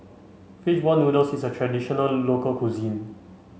fish ball noodles is a traditional local cuisine